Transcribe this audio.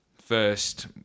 first